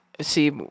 see